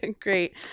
great